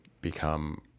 become